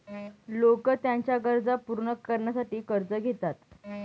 लोक त्यांच्या गरजा पूर्ण करण्यासाठी कर्ज घेतात